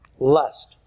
Lust